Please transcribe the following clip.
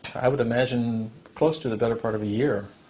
i would imagine close to the better part of a year.